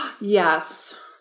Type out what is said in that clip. Yes